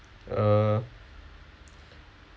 uh